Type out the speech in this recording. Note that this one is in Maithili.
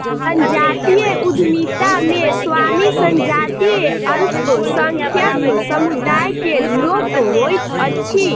संजातीय उद्यमिता मे स्वामी संजातीय अल्पसंख्यक समुदाय के लोक होइत अछि